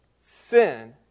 sin